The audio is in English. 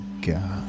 god